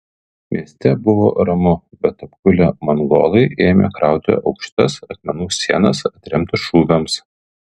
mieste buvo ramu bet apgulę mongolai ėmė krauti aukštas akmenų sienas atremti šūviams